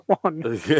one